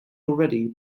already